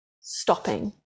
stopping